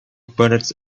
bullets